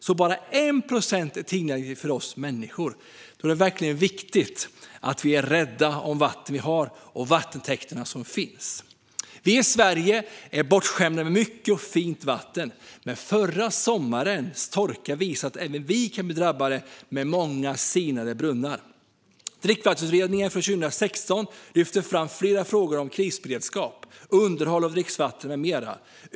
Så bara 1 procent är tillgängligt för oss människor, och då är det verkligen viktigt att vi är rädda om det vatten vi har och de vattentäkter som finns. Vi i Sverige är bortskämda med mycket och fint vatten. Men förra sommarens torka visar att även vi kan bli drabbade med många sinade brunnar. Dricksvattenutredningen från 2016 lyfter fram flera frågor som krisberedskap, underhåll av dricksvatten med mera.